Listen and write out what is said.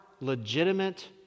legitimate